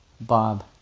Bob